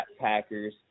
Packers